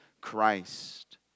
Christ